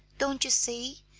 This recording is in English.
don't you see?